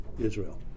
Israel